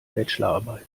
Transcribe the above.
bachelorarbeit